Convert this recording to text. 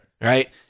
right